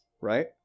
right